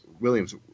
Williams